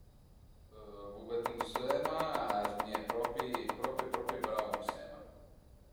Vu vëdu ënsema, zmìe propi propi propi brau ënsema